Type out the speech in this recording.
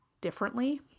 differently